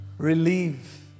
Relieve